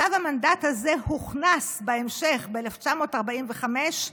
וכתב המנדט הזה הוכנס בהמשך, ב-1945,